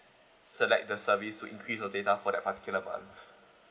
select the service to increase your data for that particular month